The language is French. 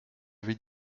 aviez